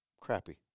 Crappy